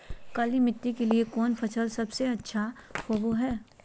काली मिट्टी के लिए कौन फसल सब से अच्छा होबो हाय?